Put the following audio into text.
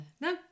no